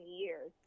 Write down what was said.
years